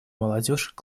молодежь